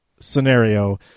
scenario